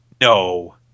No